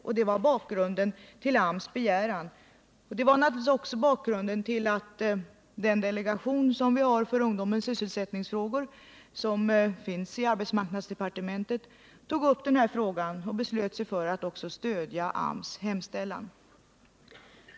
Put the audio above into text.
Detta var bakgrunden till AMS begäran, och det var naturligtvis också skälet till att den delegation för ungdomens sysselsättningsfrågor som finns i arbetsmarknadsdepartementet tog upp frågan och även beslöt sig för att stödja AMS hemställan.